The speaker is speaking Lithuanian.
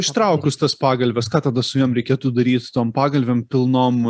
ištraukus tas pagalves ką tada su jom reikėtų daryt tom pagalvėm pilnom